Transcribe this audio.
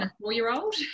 four-year-old